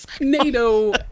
NATO